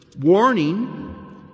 warning